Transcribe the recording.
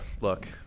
Look